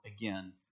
again